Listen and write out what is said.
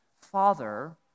Father